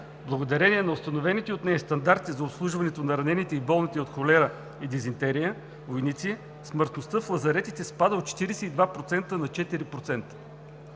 Благодарение на установените от нея стандарти за обслужването на ранените и болните от холера и дизентерия войници, смъртността в лазаретите спада от 42% на 4%.